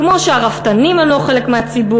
כמו שהרפתנים הם לא חלק מהציבור,